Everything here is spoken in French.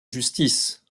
justice